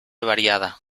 variada